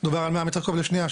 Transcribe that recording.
מדובר על כ-100 מטר קוב לשנייה,